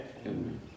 Amen